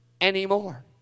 anymore